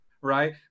Right